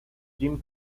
jim